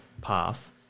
path